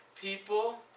people